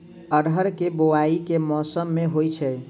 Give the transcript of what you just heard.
अरहर केँ बोवायी केँ मौसम मे होइ छैय?